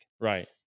Right